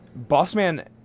Bossman